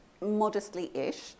modestly-ish